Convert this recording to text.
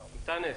אנטאנס.